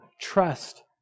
trust